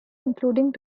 including